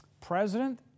President